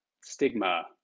stigma